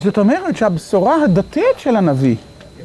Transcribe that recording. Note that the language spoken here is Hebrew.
זאת אומרת שהבשורה הדתית של הנביא.